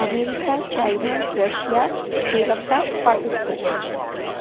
America China Russia Sri Lanka Pakistan